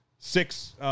Six